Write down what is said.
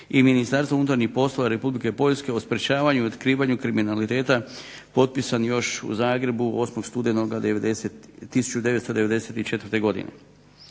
i Ministarstva unutarnjih poslova Republike Poljske o sprječavanju i otkrivanju kriminaliteta potpisan još u Zagrebu 8. studenoga 1994. godine.